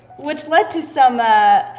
which led to some ah.